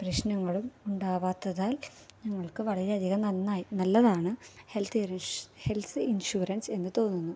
പ്രശ്നങ്ങളും ഉണ്ടാവാത്തതാൽ ഞങ്ങൾക്ക് വളരെയധികം നന്നായി നല്ലതാണ് ഹെൽത് ഇൻഷുറൻസ് ഹെൽത് ഇൻഷുറൻസ് എന്ന് തോന്നുന്നു